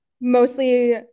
mostly